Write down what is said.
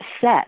set